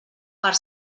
per